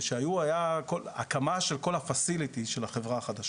שהיו הייתה הקמה של כל האמצעים של החברה החדשה,